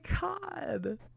God